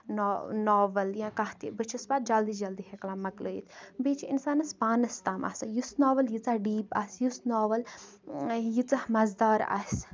novel یا کانٛہہ تہِ بہٕ چھَس پَتہٕ جلدی جلدی ہیٚکان مۄکلٲیِتھ بیٚیہِ چھ اِنسانس پانَس تام آسان یُس ناوَل ییٖژاہ ڈیٖپ آسہِ یُس ناوَل ییٖژاہ مزٕدار آسہِ